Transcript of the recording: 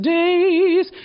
days